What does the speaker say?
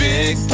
Big